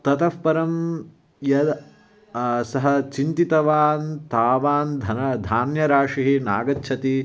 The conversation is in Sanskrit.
ततः परं यद् सः चिन्तितवान् तावान् धनं धान्यराशिः नागच्छति